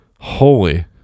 Holy